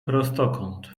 prostokąt